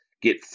get